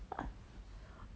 !huh!